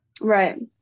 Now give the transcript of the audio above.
Right